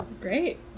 Great